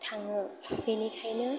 थाङो बेनिखायनो